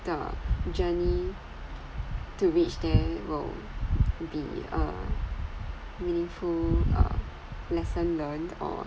the journey to reach there will be uh meaningful uh lesson learnt or